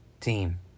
team